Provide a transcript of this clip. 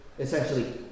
Essentially